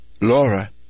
Laura